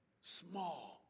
small